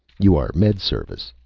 you are med service,